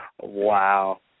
Wow